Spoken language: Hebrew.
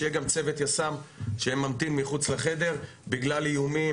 שיהיה גם צוות יס"מ שממתין מחוץ לחדר בגלל איומים,